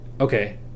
Okay